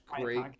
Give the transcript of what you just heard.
great